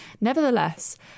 nevertheless